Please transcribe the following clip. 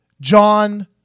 John